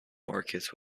markets